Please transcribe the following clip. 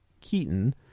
Keaton